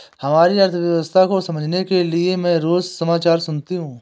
हमारी अर्थव्यवस्था को समझने के लिए मैं रोज समाचार सुनती हूँ